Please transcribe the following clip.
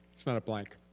it's not a blank.